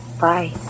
Bye